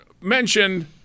mentioned